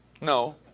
no